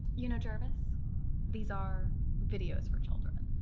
you know jarvis these are videos for children.